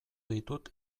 ditut